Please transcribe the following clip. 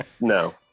No